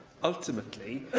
ultimately,